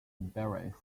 embrace